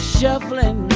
Shuffling